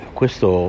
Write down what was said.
questo